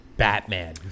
Batman